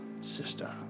sister